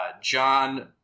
John